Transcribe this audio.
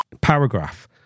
paragraph